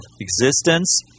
existence